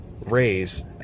raise